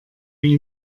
wie